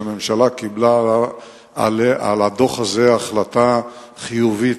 הממשלה קיבלה על הדוח הזה החלטה חיובית,